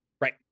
Right